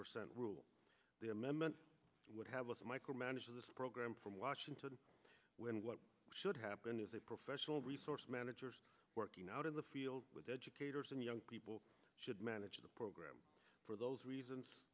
percent rule their members would have a micromanager of this program from washington when what should happen is a professional resource manager working out in the field with educators and young people should manage the program for those reasons